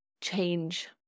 change